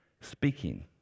speaking